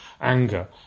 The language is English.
anger